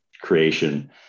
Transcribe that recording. creation